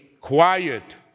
Quiet